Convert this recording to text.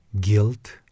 guilt